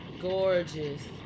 gorgeous